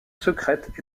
secrète